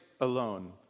alone